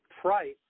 price